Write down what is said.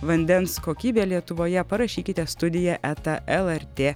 vandens kokybė lietuvoje parašykite studiją eta lrt